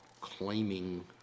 claiming